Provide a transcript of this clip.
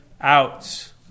out